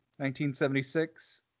1976